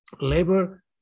labor